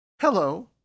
Hello